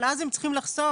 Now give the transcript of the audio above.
אבל אז הם צריכים לחשוף.